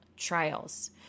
trials